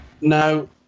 Now